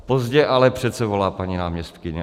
Pozdě, ale přece volá paní náměstkyně.